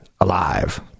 alive